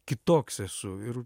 kitoks esu ir